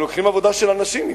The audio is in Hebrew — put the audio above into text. הם לוקחים עבודה של אנשים.